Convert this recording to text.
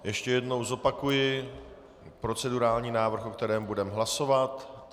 Ještě jednou zopakuji procedurální návrh, o kterém budeme hlasovat.